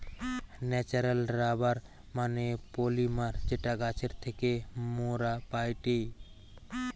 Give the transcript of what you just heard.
natural rubber মানে polymer যেটা গাছের থেকে মোরা পাইটি